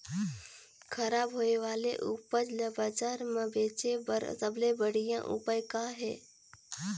खराब होए वाले उपज ल बाजार म बेचे बर सबले बढ़िया उपाय का हे?